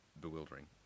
bewildering